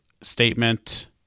statement